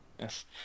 Yes